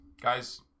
guys